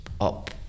up